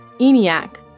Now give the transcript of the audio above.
eniac